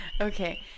Okay